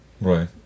Right